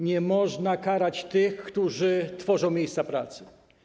Nie można karać tych, którzy tworzą miejsca pracy.